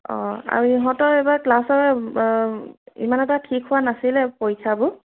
অ আৰু ইহঁতৰ এইবাৰ ক্লাছৰ ইমান এটা ঠিক হোৱা নাছিলে পৰীক্ষাবোৰ